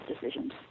decisions